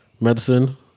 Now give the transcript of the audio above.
medicine